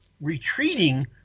retreating